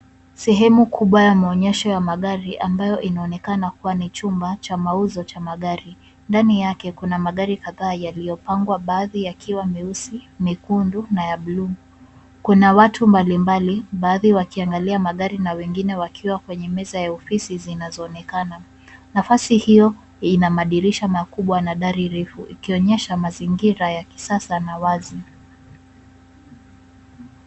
Sehemu kubwa ya maonyesho ya magari ambayo inaonekana kuwa ni chumba cha mauzo cha magari. Ndani yake kuna magari kadhaa yaliyopangwa baadhi yakiwa meusi, mekundu na ya buluu. Kuna watu mbalimbali baadhi wakiangalia magari na wengine wakiwa kwenye meza ya ofisi zinazoonekana. Nafasi hiyo ina madirisha makubwa na dari refu, ikionyesha mazingira ya kisasa na wazi.